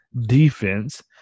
defense